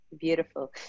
Beautiful